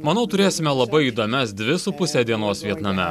manau turėsime labai įdomias dvi su puse dienos vietname